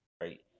right